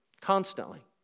constantly